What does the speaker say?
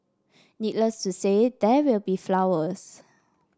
needless to say there will be flowers